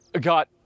got